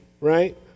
right